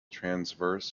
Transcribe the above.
transverse